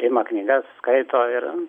ima knygas skaito ir